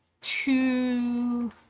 two